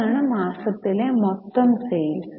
ഇതാണ് മാസത്തിലെ മൊത്തം സെയിൽസ്